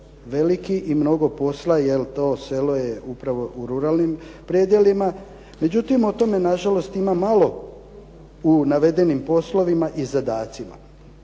veliki i mnogo posla, jer to selo je upravo u ruralnim predjelima. Međutim, o tome na žalost ima malo u navedenim poslovima i zadacima.